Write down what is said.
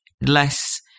less